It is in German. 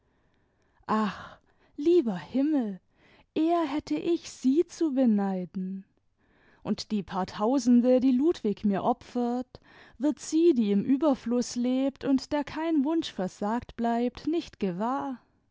lieber himmel eher hätte ich sie zu beneiden und die paar tausende die ludwig mir opfert wird sie die im überfluß lebt imd der kein wunsch versagt bleibt nicht gewahr